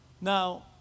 Now